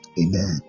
Amen